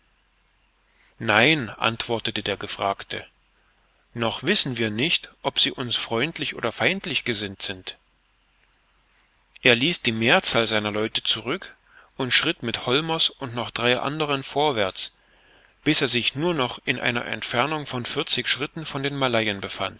nein antwortete der gefragte noch wissen wir nicht ob sie uns freundlich oder feindlich gesinnt sind er ließ die mehrzahl seiner leute zurück und schritt mit holmers und noch drei anderen vorwärts bis er sich nur noch in einer entfernung von vierzig schritten von den malayen befand